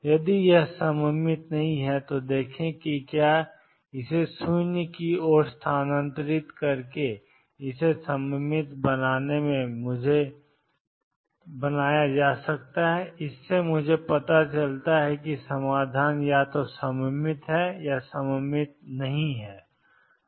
यदि यह सममित नहीं है तो देखें कि क्या आप इसे 0 की ओर स्थानांतरित करते हैं और इसे सममित बनाते हैं तो मुझे पता है कि समाधान या तो सममित है या यह सममित विरोधी है